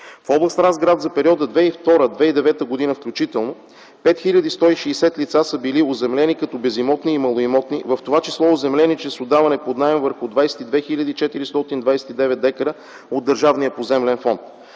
В област Разград за периода 2002-2009 г. включително 5 хил. 160 лица са били оземлени като безимотни и малоимотни, в това число оземлени чрез отдаване под наем върху 22 хил. 429 дка от държавния поземлен фонд.